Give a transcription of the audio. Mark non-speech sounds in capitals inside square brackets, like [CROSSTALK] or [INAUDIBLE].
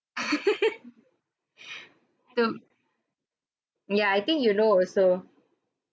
[LAUGHS] um ya I think you know also